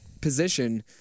position